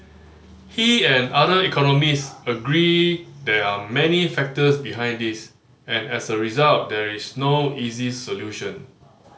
he and other economist agree there are many factors behind this and as a result there is no easy solution